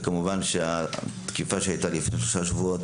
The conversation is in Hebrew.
כמובן שהתקיפה שהיתה לפני שלושה שבועות